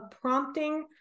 prompting